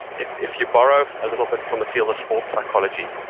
if if you borrow a little bit from the field of sports psychology,